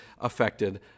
affected